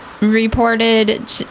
reported